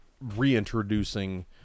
reintroducing